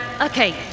Okay